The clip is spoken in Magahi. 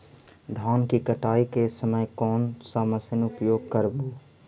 धान की कटाई के समय कोन सा मशीन उपयोग करबू?